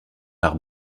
par